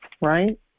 right